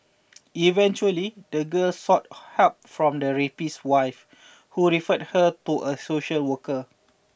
eventually the girl sought help from the rapist's wife who referred her to a social worker